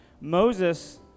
Moses